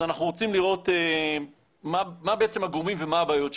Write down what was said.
אז אנחנו רוצים לראות מה הגורמים ומה הבעיות שלנו.